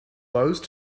those